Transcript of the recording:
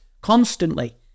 constantly